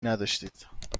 نداشتید